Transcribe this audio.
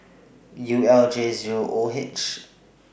U L J Zero O H